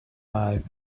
wife